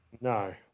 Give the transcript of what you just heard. No